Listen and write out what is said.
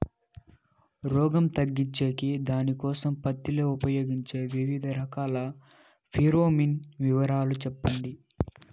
రోగం తగ్గించేకి దానికోసం పత్తి లో ఉపయోగించే వివిధ రకాల ఫిరోమిన్ వివరాలు సెప్పండి